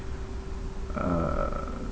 uh